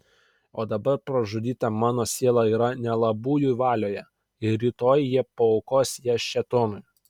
o dabar pražudyta mano siela yra nelabųjų valioje ir rytoj jie paaukos ją šėtonui